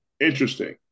Interesting